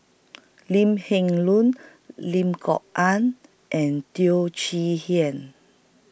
Lim Heng Leun Lim Kok Ann and Teo Chee Hean